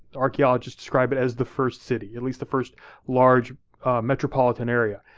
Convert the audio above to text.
archeologists describe it as the first city. at least, the first large metropolitan area.